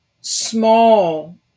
small